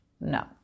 no